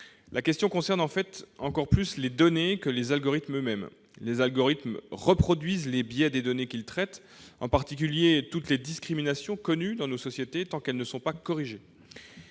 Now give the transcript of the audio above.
la question concernant davantage les données que les algorithmes eux-mêmes. Ces algorithmes reproduisent en effet les biais des données qu'ils traitent, en particulier toutes les discriminations qui existent dans nos sociétés tant qu'elles ne sont pas corrigées.